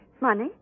Money